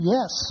Yes